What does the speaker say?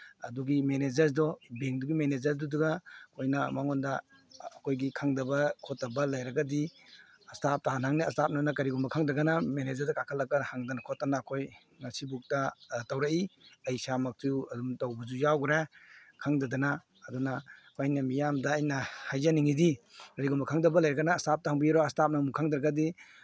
ꯑꯗꯨꯒꯤ ꯃꯦꯅꯦꯖꯔꯗꯣ ꯕꯦꯡꯗꯨꯒꯤ ꯃꯦꯅꯦꯖꯗꯨꯗꯨꯒ ꯑꯣꯏꯅ ꯃꯉꯣꯟꯗ ꯑꯩꯈꯣꯏꯒꯤ ꯈꯪꯗꯕ ꯈꯣꯠꯇꯕ ꯂꯩꯔꯒꯗꯤ ꯏꯁꯇꯥꯞꯇ ꯍꯥꯟꯅ ꯍꯪꯅꯤ ꯏꯁꯇꯥꯞꯅ ꯀꯔꯤꯒꯨꯝꯕ ꯈꯪꯗ꯭ꯔꯒꯅ ꯃꯅꯦꯖꯔꯗ ꯀꯥꯈꯠꯂꯒ ꯍꯪꯗꯅ ꯈꯣꯠꯇꯅ ꯑꯩꯈꯣꯏ ꯉꯁꯤꯕꯨꯛꯇ ꯇꯧꯔꯛꯏ ꯑꯩ ꯏꯁꯥꯃꯛꯁꯨ ꯑꯗꯨꯝ ꯇꯧꯕꯁꯨ ꯌꯥꯎꯒꯔꯦ ꯈꯪꯗꯗꯅ ꯑꯗꯨꯅ ꯑꯩꯅ ꯃꯤꯌꯥꯝꯅ ꯑꯩꯅ ꯍꯥꯏꯖꯅꯤꯡꯉꯤꯗꯤ ꯀꯔꯤꯒꯨꯝꯕ ꯈꯪꯗꯕ ꯂꯩꯔꯒꯅ ꯏꯁꯇꯥꯞꯇ ꯍꯪꯕꯤꯔꯣ ꯏꯁꯇꯥꯞꯅ ꯑꯃꯨꯛ ꯈꯪꯗ꯭ꯔꯒꯗꯤ